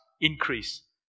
increase